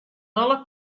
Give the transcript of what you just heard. alle